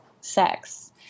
sex